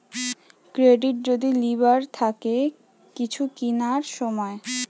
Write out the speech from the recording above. credit যদি লিবার থাকে কিছু কিনার সময়